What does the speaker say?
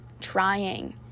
trying